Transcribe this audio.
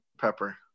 Pepper